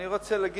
אני רוצה להגיד,